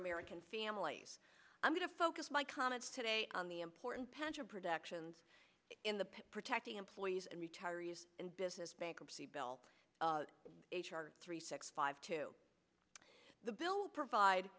american families i'm going to focus my comments today on the important pension protections in the protecting employees and retirees and business bankruptcy bill h r three six five two the bill provide